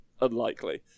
unlikely